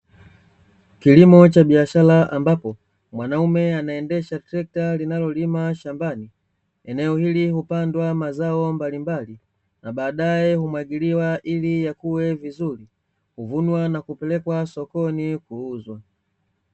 Kilimo cha biashara ambapo, mwanaume anaendesha trekta linalolima shambani. Eneo hili hupandwa mazao mbalimbali, na baadaye humwagiliwa ili yakue vizuri, huvunwa na kupelekwa sokoni kuuzwa.